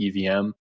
EVM